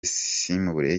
simubure